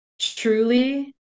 truly